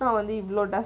nowaday you do not dust